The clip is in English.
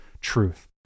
truth